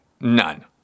none